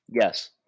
Yes